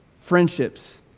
friendships